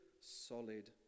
solid